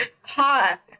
Hot